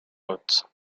grotte